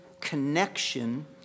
connection